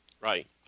right